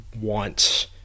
want